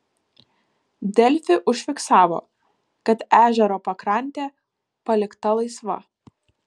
delfi užfiksavo kad ežero pakrantė palikta laisva